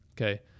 Okay